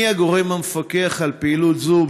מי הגורם המפקח על פעילות זו?